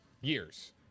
years